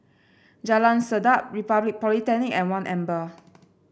Jalan Sedap Republic Polytechnic and One Amber